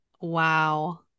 Wow